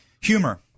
Humor